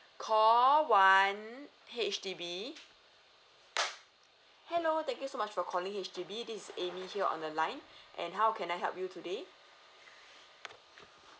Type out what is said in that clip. call one H_D_B hello thank you so much for calling H_D_B this is A M Y here on the line and how can I help you today